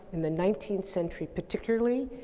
in the nineteenth century particularly,